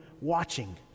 watching